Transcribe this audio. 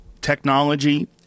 technology